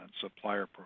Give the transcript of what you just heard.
supplier